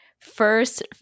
first